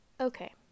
Okay